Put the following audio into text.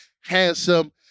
handsome